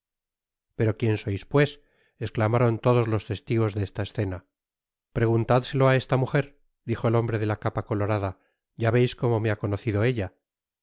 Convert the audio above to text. pero quién sois pues esclamaron todos los testigos de esta escena preguntádselo á esta mujer dijo el bombre de la capa colorada ya veis como me ha conocido ella